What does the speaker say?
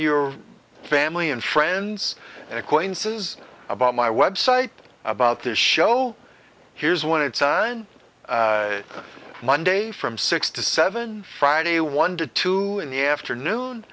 your family and friends and acquaintances about my website about this show here's one it's on monday from six to seven friday one to two in the afternoon